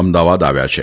અમદાવાદ આવ્યા છે